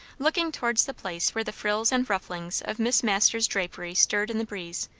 looking towards the place where the frills and rufflings of miss masters' drapery stirred in the breeze,